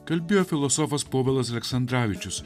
kalbėjo filosofas povilas aleksandravičius